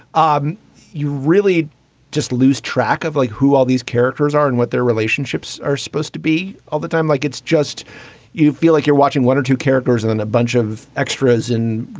um you really just lose track of like who all these characters are and what their relationships are supposed to be all the time. like, it's just you feel like you're watching one or two characters and then a bunch of extras and,